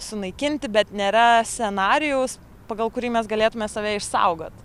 sunaikinti bet nėra scenarijaus pagal kurį mes galėtume save išsaugoti